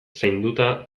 zainduta